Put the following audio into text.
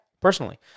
personally